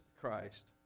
Christ